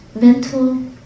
mental